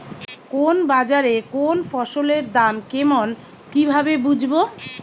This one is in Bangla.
কোন বাজারে কোন ফসলের দাম কেমন কি ভাবে বুঝব?